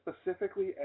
specifically